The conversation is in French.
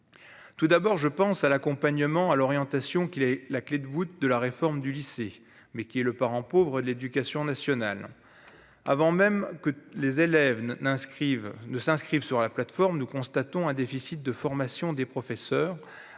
tout d'abord, je pense à l'accompagnement à l'orientation qu'il est la clé de voûte de la réforme du lycée, mais qui est le parent pauvre de l'Éducation nationale, avant même que les élèves ne n'inscrive ne s'inscrivent sur la plateforme, nous constatons un déficit de formation des professeurs,